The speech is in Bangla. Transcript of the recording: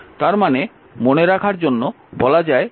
তার মানে মনে রাখার জন্য বলা যায় যে এটিকে R1 দ্বারা ভাগ করতে হবে